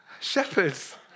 Shepherds